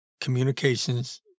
communications